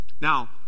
now